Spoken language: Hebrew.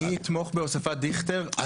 אני אתמוך בהוספת דיכטר, לא בכל היתר.